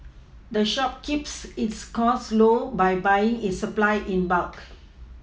the shop keeps its costs low by buying its supplies in bulk